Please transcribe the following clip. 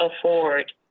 afford